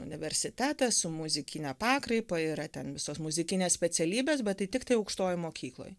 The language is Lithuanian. universitetas su muzikine pakraipa yra ten visos muzikinės specialybės bet tai tiktai aukštojoj mokykloj